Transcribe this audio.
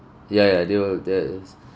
ya ya they will there is